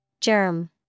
Germ